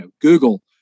Google